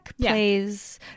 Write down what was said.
plays